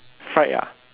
fried ah